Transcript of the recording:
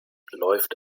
läuft